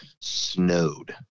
snowed